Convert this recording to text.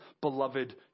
beloved